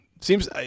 Seems